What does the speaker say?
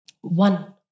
One